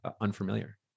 unfamiliar